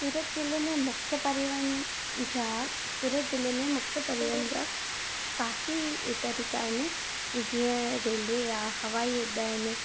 सूरत ज़िले में मुख्य परिवन जा सूरत ज़िले में मुख्य परिवन जा काफ़ी तरीक़ा आहिनि जीअं रेलवे आहे हवाई अड्डा आहिनि